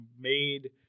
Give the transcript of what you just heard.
made